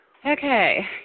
Okay